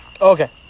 Okay